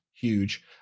huge